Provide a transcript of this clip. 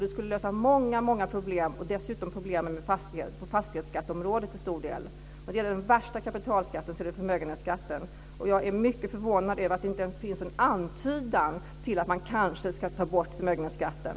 Det skulle lösa många problem och dessutom problemen på fastighetsskatteområdet till stor del. Vad gäller den värsta kapitalskatten är det förmögenhetsskatten. Jag är mycket förvånad över att det inte ens finns en antydan till att man kanske ska ta bort förmögenhetsskatten.